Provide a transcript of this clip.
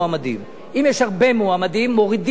מורידים את המועמד שקיבל את הכי מעט הקולות.